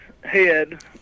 head